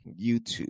YouTube